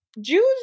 Jews